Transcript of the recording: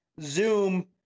Zoom